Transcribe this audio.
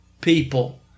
people